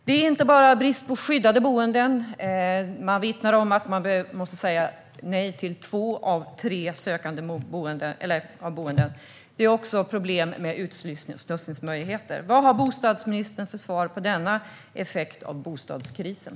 Det är inte bara brist på skyddade boenden - man vittnar om att man måste säga nej till två av tre sökande - utan också problem med utslussningsmöjligheter. Vad har bostadsministern för svar på denna effekt av bostadskrisen?